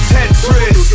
Tetris